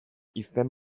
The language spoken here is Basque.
izen